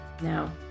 Now